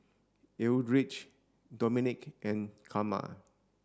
Eldridge Domonique and Karma